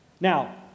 Now